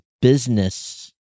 business